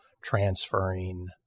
transferring